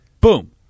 Boom